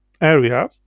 area